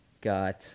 got